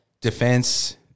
defense